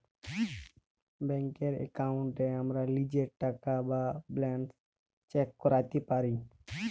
ব্যাংকের এক্কাউন্টে আমরা লীজের টাকা বা ব্যালান্স চ্যাক ক্যরতে পারি